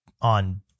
on